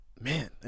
man